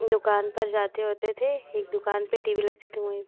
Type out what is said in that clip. दुक़ान पर जाते होते थे एक दुक़ान पर टी वी लगती थी वहीं पर